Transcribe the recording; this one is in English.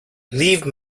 leave